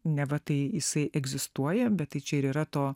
neva tai jisai egzistuoja bet tai čia ir yra to